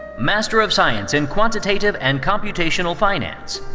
master of science in quantitative and computational finance,